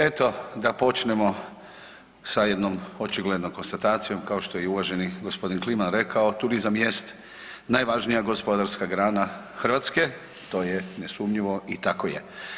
Eto da počnemo sa jednom očiglednom konstatacijom kao što je i uvaženi gospodin Kliman rekao, turizam jest najvažnija gospodarska grana Hrvatske, to je nesumnjivo i tako je.